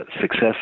success